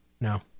No